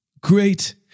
Great